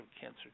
cancer